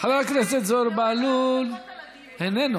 חבר הכנסת זוהיר בהלול, איננו,